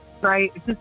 right